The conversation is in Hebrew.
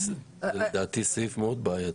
לדעתי סעיף מאוד בעייתי.